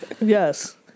Yes